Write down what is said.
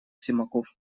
симаков